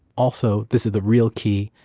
also, this is the real key,